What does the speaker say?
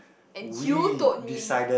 and you told me